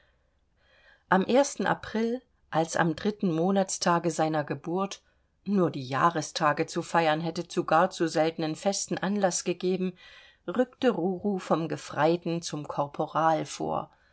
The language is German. am april als am dritten monatstage seiner geburt nur die jahrestage zu feiern hätte zu gar zu seltenen festen anlaß gegeben rückte ruru vom gefreiten zum korporal vor